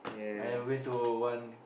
I haven't been to one